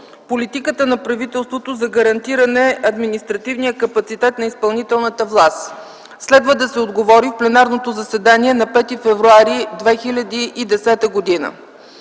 политиката на правителството за гарантиране административния капацитет на изпълнителната власт. Следва да се отговори в пленарното заседание на 5 февруари 2010 г.;